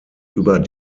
über